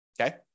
Okay